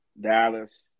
Dallas